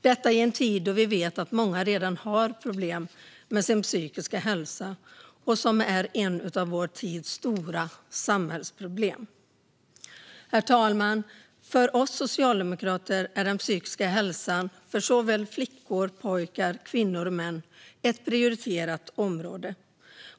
Detta sker i en tid då vi vet att många redan har problem med sin psykiska hälsa, vilket är ett av vår tids stora samhällsproblem. Herr talman! För oss socialdemokrater är den psykiska hälsan för flickor, pojkar, kvinnor och män ett prioriterat område.